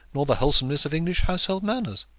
nor the wholesomeness of english household manners.